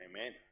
Amen